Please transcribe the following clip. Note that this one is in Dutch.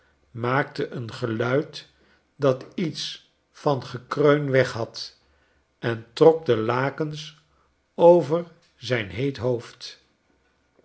maakte een geluid dat iets vangekreun weghad en trok de lakens over zijn heet hoofd